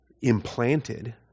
implanted